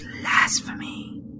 blasphemy